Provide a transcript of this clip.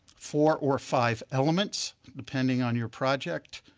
four or five elements depending on your project,